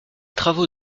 travaux